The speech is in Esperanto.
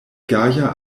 gaja